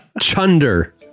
Chunder